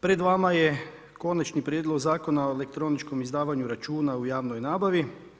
Pred vama je Konačni prijedlog zakona o elektroničkom izdavanju računa u javnoj nabavi.